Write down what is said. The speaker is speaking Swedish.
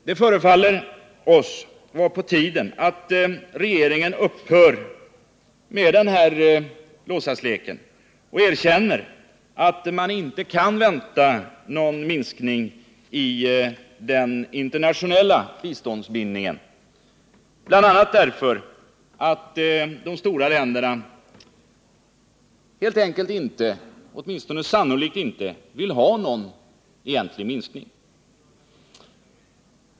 Det förefaller oss vara på tiden att regeringen upphör med denna låtsaslek och erkänner att man inte kan vänta någon minskning av den internationella biståndsbindningen, bl.a. därför att de stora länderna helt enkelt inte — åtminstone sannolikt inte — vill ha någon sådan minskning.